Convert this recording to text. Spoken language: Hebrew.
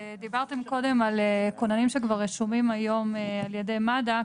דיברתם קודם על כוננים שכבר רשומים היום על ידי מד"א,